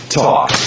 talk